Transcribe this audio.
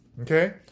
Okay